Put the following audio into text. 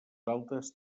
altes